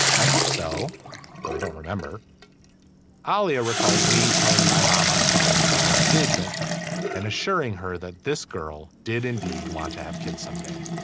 i hope so though i don't remember ah holly ah recalls me telling my mom on the phone about our engagement and assuring her that this girl did indeed want to have kids someday.